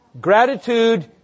Gratitude